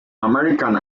american